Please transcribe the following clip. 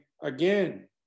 Again